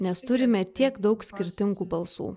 nes turime tiek daug skirtingų balsų